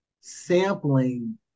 sampling